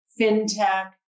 fintech